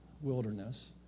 wilderness